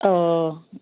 অঁ